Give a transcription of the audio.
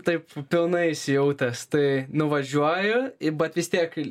taip pilnai įsijautęs tai nuvažiuoju bet vis tiek